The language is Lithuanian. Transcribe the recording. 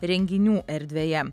renginių erdvėje